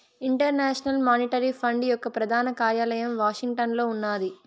international monetary fund యొక్క ప్రధాన కార్యాలయం వాషింగ్టన్లో ఉన్నాది